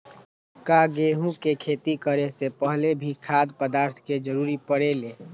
का गेहूं के खेती करे से पहले भी खाद्य पदार्थ के जरूरी परे ले?